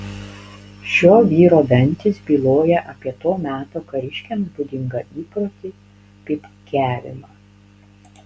šio vyro dantys byloja apie to meto kariškiams būdingą įprotį pypkiavimą